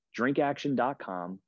DrinkAction.com